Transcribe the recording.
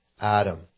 Adam